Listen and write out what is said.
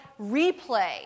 replay